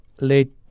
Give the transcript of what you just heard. late